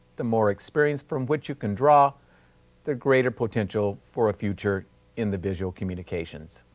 the more experience from which you can draw the greater potential for future individual communications.